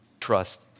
trust